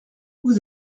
vous